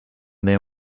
their